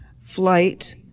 flight